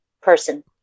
person